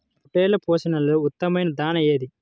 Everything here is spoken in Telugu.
పొట్టెళ్ల పోషణలో ఉత్తమమైన దాణా ఏది?